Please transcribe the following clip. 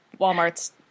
Walmart's